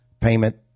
payment